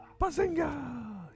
Bazinga